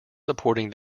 supporting